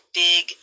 big